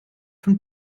von